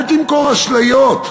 אל תמכור אשליות.